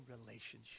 relationship